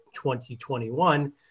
2021